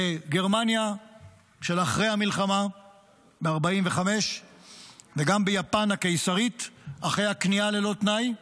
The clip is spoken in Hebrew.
בגרמניה של אחרי המלחמה ב-1945 וגם ביפן הקיסרית אחרי הכניעה ללא תנאי.